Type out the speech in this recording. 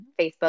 Facebook